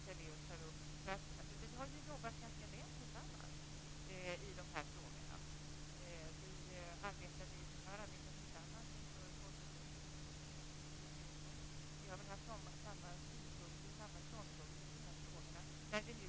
Men i folkomröstningen om EU stod vi på helt olika sida. Det är själva poängen.